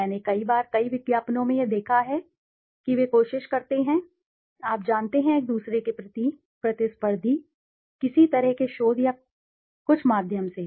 मैंने कई बार कई विज्ञापनों में यह देखा है कि वे कोशिश करते हैं आप जानते हैं एक दूसरे के प्रति प्रतिस्पर्धी किसी तरह के शोध या कुछ के माध्यम से